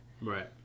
Right